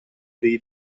dei